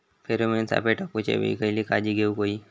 Pheromone सापळे टाकूच्या वेळी खयली काळजी घेवूक व्हयी?